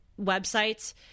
websites